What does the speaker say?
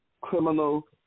criminal